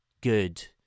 good